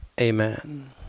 Amen